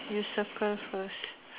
you circle first